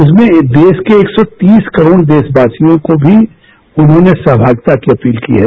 उसमें देश के एक सौ तीस करोड़ देशवासियों को भी उन्होंने सहभागिता की अपील की है